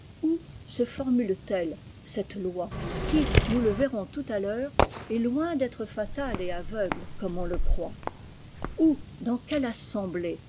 où se formule t-elle cette loi qui nous le verrons tout à theure est loin d'être fatale et aveugle comme on le croit où dans quelle assemblée